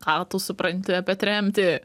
ką tu supranti apie tremtį